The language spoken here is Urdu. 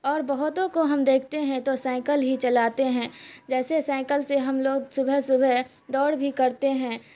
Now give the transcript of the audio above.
اور بہتوں کو ہم دیکھتے ہیں تو سائیکل ہی چلاتے ہیں جیسے سائیکل سے ہم لوگ صبح صبح دوڑ بھی کرتے ہیں